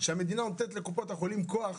שהמדינה נותנת לקופות החולים כוח